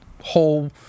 whole